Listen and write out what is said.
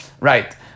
Right